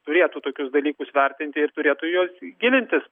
turėtų tokius dalykus vertinti ir turėtų į juos gilintis